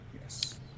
Yes